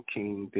King